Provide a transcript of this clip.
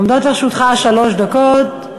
עומדות לרשותך שלוש דקות.